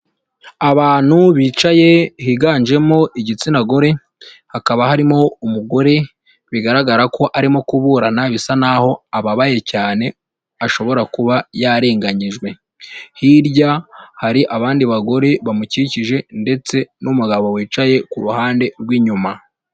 Abantu bicaye higanjemo igitsina gore hakaba harimo umugore bigaragara ko arimo kuburana bisa naho ababaye cyane ashobora kuba yarenganyijwe. Hirya hari abandi bagore bamukikije ndetse n'umugabo wicaye ku ruhande rw'inyuma.